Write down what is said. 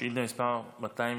שאילתה מס' 277,